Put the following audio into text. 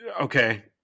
okay